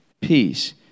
peace